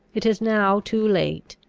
it is now too late.